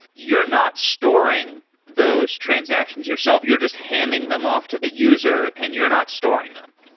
you're not storing those transactions yourself. you're just handing them off to the user and you're not storing them.